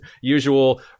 usual